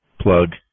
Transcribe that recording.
plug